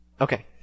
Okay